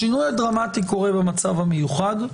השינוי הדרמטי קורה במצב המיוחד.